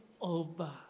over